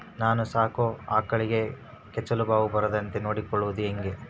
ನಾನು ಸಾಕೋ ಆಕಳಿಗೆ ಕೆಚ್ಚಲುಬಾವು ಬರದಂತೆ ನೊಡ್ಕೊಳೋದು ಹೇಗೆ?